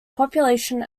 population